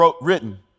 written